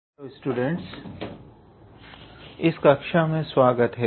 hello students इस कक्षा में स्वागत है